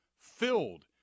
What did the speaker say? filled